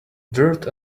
dirt